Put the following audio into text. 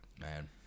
man